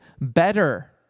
better